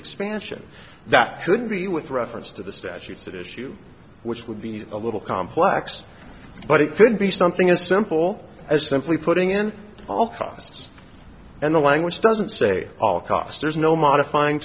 expansion that should be with reference to the statutes that issue which would be a little complex but it could be something as simple as simply putting in all costs and the language doesn't say all costs there's no modifying